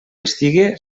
estigui